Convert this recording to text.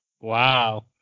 Wow